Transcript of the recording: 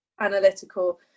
analytical